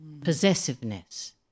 possessiveness